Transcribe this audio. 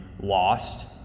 lost